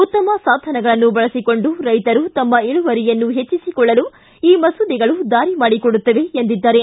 ಉತ್ತಮ ಸಾಧನಗಳನ್ನು ಬಳಸಿಕೊಂಡು ರೈತರು ತಮ್ಮ ಇಳುವರಿಯನ್ನು ಹೆಚ್ಚಿಸಿಕೊಳ್ಳಲು ಈ ಮಸೂದೆಗಳು ದಾರಿ ಮಾಡಿಕೊಡುತ್ತವೆ ಎಂದಿದ್ದಾರೆ